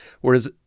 Whereas